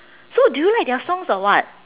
so do you like their songs or what